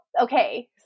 okay